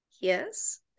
Yes